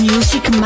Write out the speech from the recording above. Music